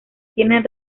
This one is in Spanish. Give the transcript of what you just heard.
tienen